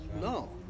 No